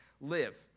live